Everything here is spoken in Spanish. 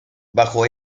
bajo